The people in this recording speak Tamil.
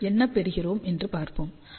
என்ன பெறுகிறோம் என்று பார்ப்போம் Rr 0